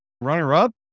runner-up